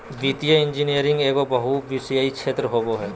वित्तीय इंजीनियरिंग एगो बहुविषयी क्षेत्र होबो हइ